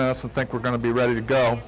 minutes and think we're going to be ready to go